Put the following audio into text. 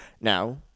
Now